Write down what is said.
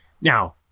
Now